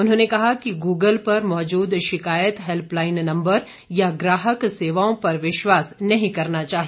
उन्होंने कहा कि गूगल पर मौजूद शिकायत हैल्पलाईन नम्बर या ग्राहक सेवाओं पर विश्वास नहीं करना चाहिए